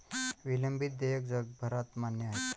विलंबित देयके जगभरात मान्य आहेत